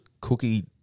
cookie